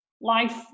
life